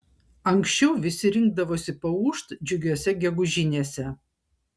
anksčiau visi rinkdavosi paūžt džiugiose gegužinėse